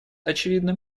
очевидно